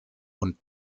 und